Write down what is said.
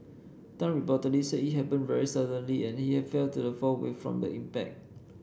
Tan reportedly said it happened very suddenly and he had fell to the floor from the impact